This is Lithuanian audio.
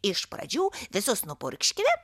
iš pradžių visus nupurkškime